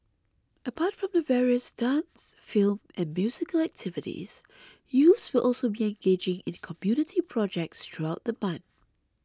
apart from the various dance film and musical activities youths will also be engaging in community projects throughout the month